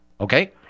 Okay